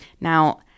Now